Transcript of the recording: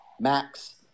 Max